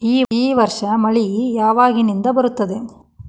ಈ ವರ್ಷ ಮಳಿ ಯಾವಾಗಿನಿಂದ ಬರುತ್ತದೆ?